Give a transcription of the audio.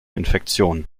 infektion